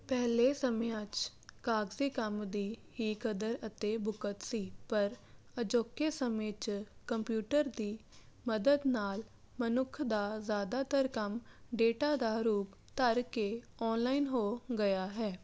ਪਹਿਲੇ ਸਮਿਆਂ 'ਚ ਕਾਗਜ਼ੀ ਕੰਮ ਦੀ ਹੀ ਕਦਰ ਅਤੇ ਬੁਕਤ ਸੀ ਪਰ ਅਜੋਕੇ ਸਮੇਂ 'ਚ ਕੰਪਿਊਟਰ ਦੀ ਮਦਦ ਨਾਲ ਮਨੁੱਖ ਦਾ ਜ਼ਿਆਦਾਤਰ ਕੰਮ ਡੇਟਾ ਦਾ ਰੂਪ ਧਾਰ ਕੇ ਔਨਲਾਈਨ ਹੋ ਗਿਆ ਹੈ